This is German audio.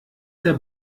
der